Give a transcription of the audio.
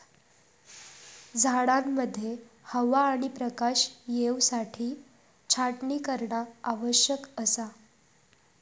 झाडांमध्ये हवा आणि प्रकाश येवसाठी छाटणी करणा आवश्यक असा